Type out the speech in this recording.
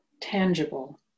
tangible